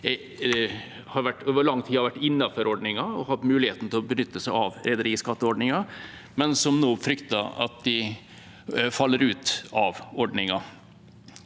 – over lang tid har vært innenfor ordningen og hatt muligheten til å benytte seg av den, men som nå frykter at de faller ut av ordningen.